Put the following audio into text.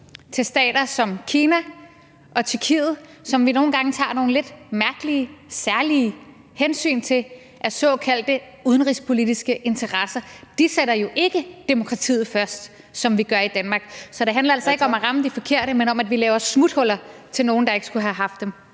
til stater som Kina og Tyrkiet, som vi nogle gange tager nogle lidt mærkelige særlige hensyn til ud fra såkaldte udenrigspolitiske interesser. De sætter jo ikke demokratiet først, som vi gør i Danmark. Så det handler altså ikke om, om vi rammer de forkerte, men om, at vi laver smuthuller til nogle, der ikke skulle have haft dem.